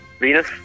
Venus